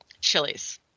chilies